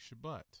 Shabbat